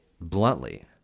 bluntly